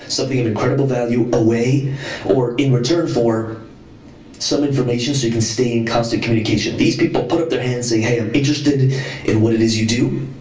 something of incredible value away or in return for some information so you can stay in constant communication. these people put up their hands saying, hey, i'm interested in what it is you do.